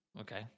Okay